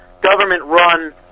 government-run